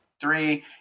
Three